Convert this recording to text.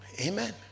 Amen